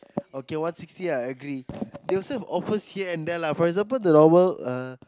okay one sixty I agree they also have offers here and there lah for example the normal uh